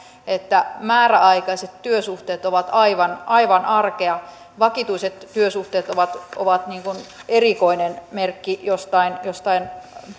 että määräaikaiset työsuhteet ovat aivan aivan arkea vakituiset työsuhteet ovat ovat erikoinen merkki jostain jostain